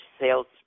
sales